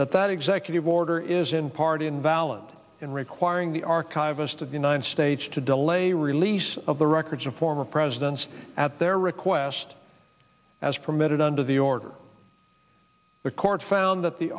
that that executive order is in part invalid and requiring the archivist of the united states to delay release of the records of former presidents at their request as permitted under the order the court found that the